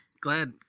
glad